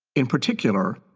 in particular,